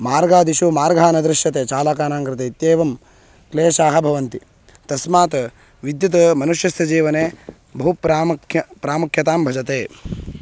मार्गादिषु मार्गः न दृश्यते चालकानां कृते इत्येवं क्लेशाः भवन्ति तस्मात् विद्युत् मनुष्यस्य जीवने बहु प्रामुख्यं प्रामुख्यतां भजते